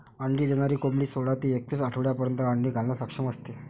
अंडी देणारी कोंबडी सोळा ते एकवीस आठवड्यांपर्यंत अंडी घालण्यास सक्षम असते